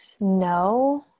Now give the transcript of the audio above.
no